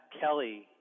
Kelly